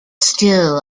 still